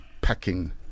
packing